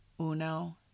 Uno